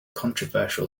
controversial